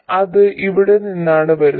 അത് ഇവിടെ നിന്നാണ് വരുന്നത്